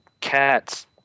cats